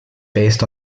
based